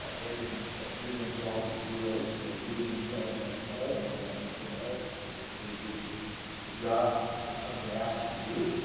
they didn't view themselves as heroes they viewed themselves like all of our veterans of all of our wars they did the job that their country asked them to do